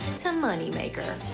to money maker.